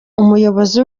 umuyobozi